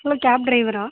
hello cab டிரைவரா